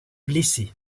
blessé